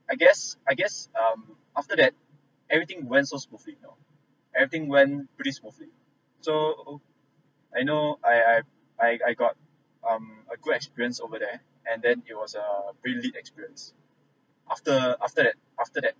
I guess I guess um after that everything went so smoothly you know everything went pretty smoothly so I know I I I I got um a good experience over there and then it was a pretty lead experience after after that after that